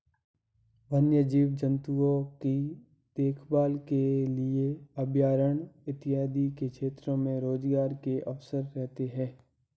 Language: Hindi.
वन्य जीव जंतुओं की देखभाल के लिए अभयारण्य इत्यादि के क्षेत्र में रोजगार के अवसर रहते हैं